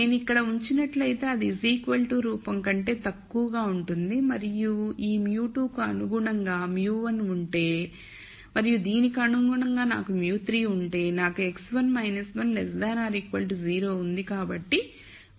నేను ఇక్కడ ఉంచినట్లయితే ఇది రూపం కంటే తక్కువగా ఉంటుంది మరియు ఈ μ2 కు అనుగుణంగా μ1 ఉంటే మరియు దీనికి అనుగుణంగా నాకు μ3 ఉంటే నాకు x1 1 0 ఉంది కాబట్టి మీరు ఇక్కడ ఈ పదాన్ని చూస్తారు